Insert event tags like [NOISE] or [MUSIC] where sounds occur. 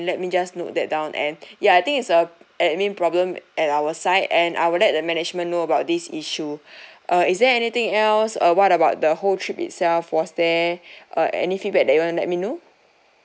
let me just note that down and [BREATH] ya I think it's uh admin problem at our side and I will let the management know about this issue [BREATH] uh is there anything else uh what about the whole trip itself was there uh any feedback that you want to let me know